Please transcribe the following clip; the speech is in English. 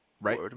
Right